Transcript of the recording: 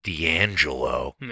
D'Angelo